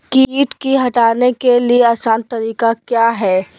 किट की हटाने के ली आसान तरीका क्या है?